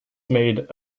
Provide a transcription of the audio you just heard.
made